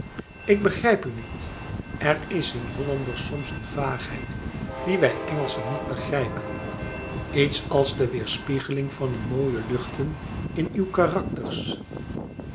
ik begrijp u niet er is in hollanders soms een vaagheid die wij engelschen niet begrijpen iets als de weêrspiegeling van uw mooie luchten in uw karakters